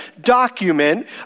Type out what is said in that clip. document